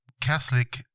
Catholic